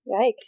Yikes